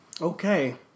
Okay